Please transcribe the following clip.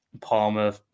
Palmer